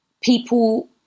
people